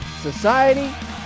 society